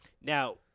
Now